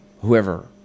whoever